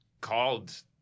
called